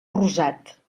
rosat